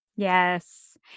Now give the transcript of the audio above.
Yes